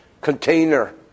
container